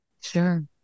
Sure